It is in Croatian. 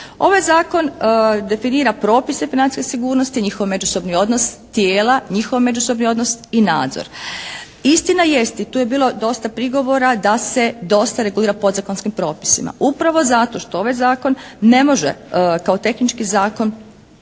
Ovaj zakon definira propise financijske sigurnosti, njihov međusobni odnos, tijela, njihov međusobni odnos i nadzor. Istina jest i tu je bilo dosta prigovora da se dosta regulira podzakonskim propisima. Upravo zato što ovaj zakon ne može kao tehnički zakon